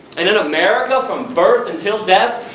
and in america, from birth until death,